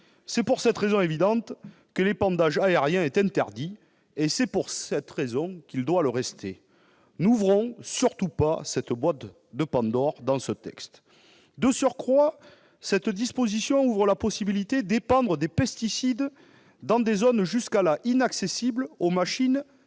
C'est pour cette raison évidente que l'épandage aérien est interdit et qu'il doit le rester. N'ouvrons surtout pas la boîte de Pandore dans ce texte ! De surcroît, cette disposition ouvre la possibilité d'épandre des pesticides dans des zones jusque-là inaccessibles aux machines